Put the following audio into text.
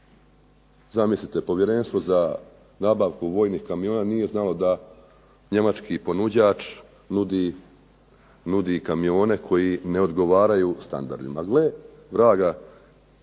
Zamislite, Povjerenstvo za nabavku vojnih kamiona nije znalo da njemački ponuđač nudi kamione koji ne odgovaraju standardima.